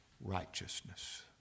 righteousness